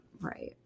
Right